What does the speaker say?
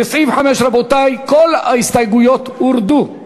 לסעיף 5, רבותי, כל ההסתייגויות הורדו.